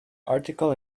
article